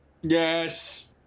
Yes